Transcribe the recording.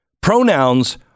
Pronouns